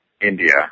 India